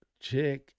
Check